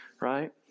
right